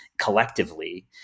collectively